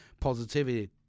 positivity